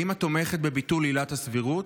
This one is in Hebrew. האם את תומכת בביטול עילת הסבירות?